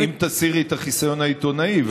אם תסירי את החיסיון העיתונאי,